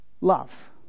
love